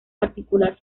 particular